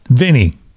Vinny